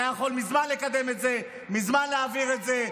הוא היה יכול מזמן לקדם את זה, מזמן להעביר את זה.